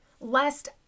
Lest